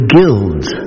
Guilds